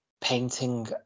painting